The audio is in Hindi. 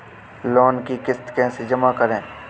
लोन की किश्त कैसे जमा करें?